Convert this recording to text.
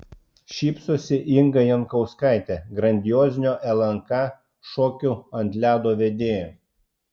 šypsosi inga jankauskaitė grandiozinio lnk šokių ant ledo vedėja